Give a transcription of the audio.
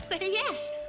yes